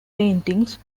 paintings